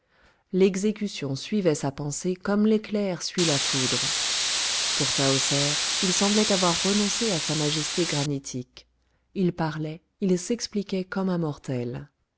l'exécution suivait sa pensée comme l'éclair suit la foudre pour tahoser il semblait avoir renoncé à sa majesté granitique il parlait il s'expliquait comme un mortel